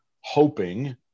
hoping